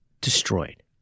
destroyed